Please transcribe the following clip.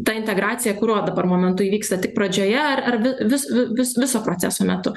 ta integracija kuriuo dabar momentu įvyksta tik pradžioje ar ar vi vis vi viso proceso metu